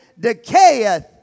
decayeth